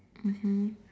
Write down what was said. mmhmm